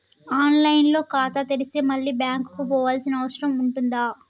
On line లో ఖాతా తెరిస్తే మళ్ళీ బ్యాంకుకు పోవాల్సిన అవసరం ఉంటుందా?